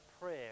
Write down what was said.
prayer